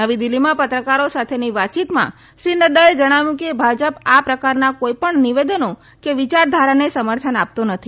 નવી દિલ્હીમાં પત્રકારો સાથેની વાતયીતમાં શ્રી નડ્ડાએ જણાવ્યું કે ભાજપ આ પ્રકારના કોઈ પણ નિવેદનો કે વિયારધારાને સમર્થન આપતો નથી